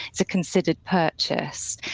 it's a considered purchase.